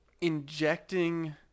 injecting